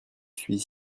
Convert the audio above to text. suis